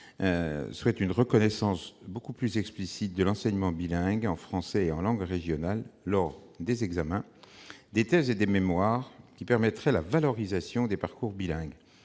Longeot. Une reconnaissance plus explicite de l'enseignement bilingue en français et en langue régionale lors des examens ou à l'occasion des thèses et des mémoires permettrait la valorisation des parcours bilingues.